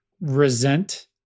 resent